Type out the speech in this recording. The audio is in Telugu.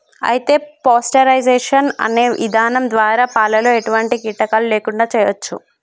అయితే పాస్టరైజేషన్ అనే ఇధానం ద్వారా పాలలో ఎటువంటి కీటకాలు లేకుండా చేయచ్చు